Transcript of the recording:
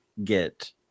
get